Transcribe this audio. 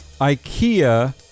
Ikea